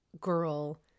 girl